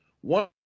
One